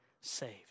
saved